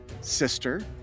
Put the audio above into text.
sister